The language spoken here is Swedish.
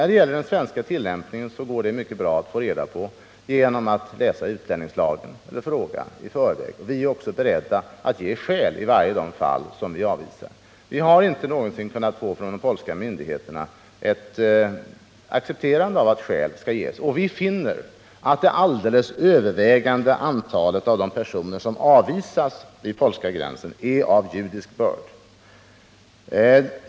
Det går mycket bra att få reda på den svenska tillämpningen genom att läsa utlänningslagen eller att i förväg fråga. Vi är också beredda att ge skäl i vart och ett av de fall vi avvisar. De polska myndigheterna har inte någonsin accepterat att skäl skall ges. Vi finner att det alldeles övervägande antalet av de personer som avvisas vid polska gränsen är av judisk börd.